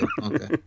Okay